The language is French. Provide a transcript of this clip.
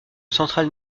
centrale